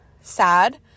sad